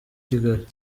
kigali